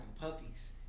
puppies